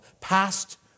passed